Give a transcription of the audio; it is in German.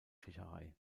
fischerei